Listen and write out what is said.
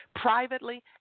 privately